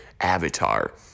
avatar